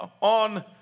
on